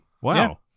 Wow